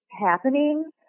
happening